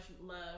love